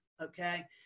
okay